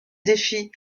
défi